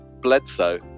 Bledsoe